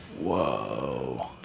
Whoa